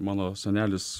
mano senelis